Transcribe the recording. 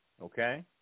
Okay